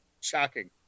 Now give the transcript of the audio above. Shocking